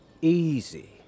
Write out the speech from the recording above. Easy